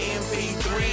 mp3